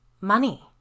Money